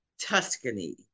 Tuscany